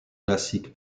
classique